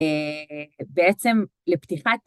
בעצם לפתיחת...